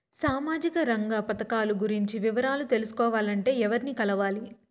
సామాజిక రంగ పథకాలు గురించి వివరాలు తెలుసుకోవాలంటే ఎవర్ని కలవాలి?